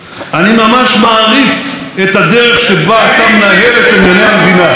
אני ממש מעריץ את הדרך שבה אתה מנהל את ענייני המדינה.